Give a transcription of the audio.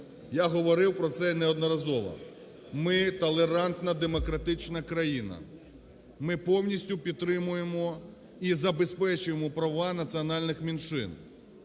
я говорив про це, й неодноразово, ми толерантна демократична країна, ми повністю підтримуємо і забезпечуємо права національних меншин.